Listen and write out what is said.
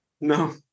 No